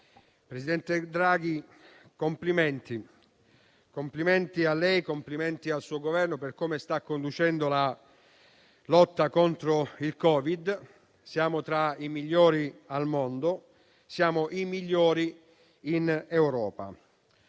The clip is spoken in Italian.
presidente Draghi, complimenti a lei e al suo Governo per come sta conducendo la lotta contro il Covid. Siamo tra i migliori al mondo, siamo i migliori in Europa.